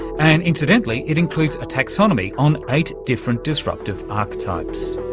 and incidentally it includes a taxonomy on eight different disruptive archetypes